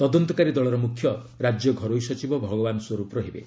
ତଦନ୍ତକାରୀ ଦଳର ମୁଖ୍ୟ ରାଜ୍ୟ ଘରୋଇ ସଚିବ ଭଗବାନ ସ୍ୱରୂପ ରହିବେ